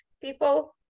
People